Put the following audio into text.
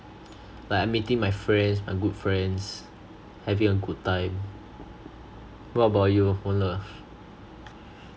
like I'm meeting my friends my good friends having a good time what about you wen le